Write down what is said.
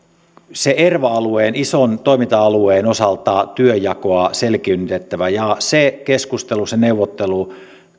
erva alueen ison toiminta alueen osalta työnjakoa selkiinnytettävä ja se keskustelu se neuvottelu